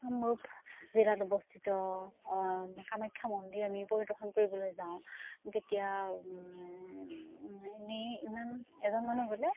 কামৰূপ জিলাত অৱস্থিত কামাখ্যা মন্দিৰ আমি পৰিদৰ্শন কৰিবলৈ যাওঁ তেতিয়া এনেই ইমান এজন মানুহ গ'লে